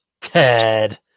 Ted